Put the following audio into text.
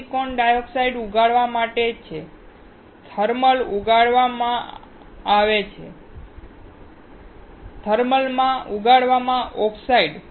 આ silicon dioxide ઉગાડવા માટે છે થર્મલ ઉગાડવામાં ઓક્સાઇડ